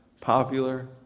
popular